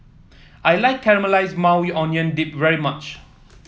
I like Caramelized Maui Onion Dip very much